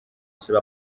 seva